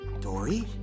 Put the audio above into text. Dory